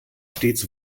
stets